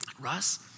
Russ